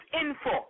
info